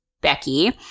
Becky